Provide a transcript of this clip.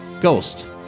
Ghost